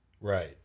right